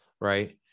Right